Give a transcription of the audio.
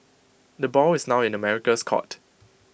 the ball is now in the America's court